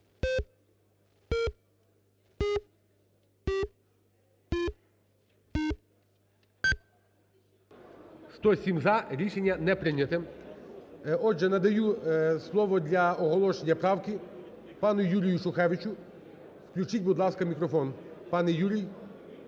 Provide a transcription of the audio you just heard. За-107 Рішення не прийнято. Отже, надаю слово для оголошення правки пану Юрію Шухевичу. Включіть, будь ласка, мікрофон. Пане Юрій.